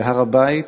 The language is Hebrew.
להר-הבית,